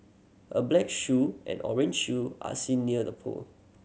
a black shoe and orange shoe are seen near the pole